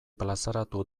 plazaratu